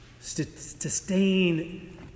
sustain